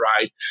Right